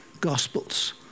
Gospels